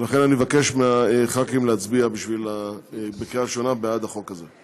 ולכן אני מבקש מהח"כים להצביע בקריאה ראשונה בעד החוק הזה.